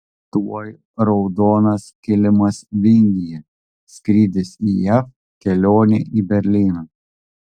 tuoj raudonas kilimas vingyje skrydis į jav kelionė į berlyną